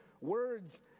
words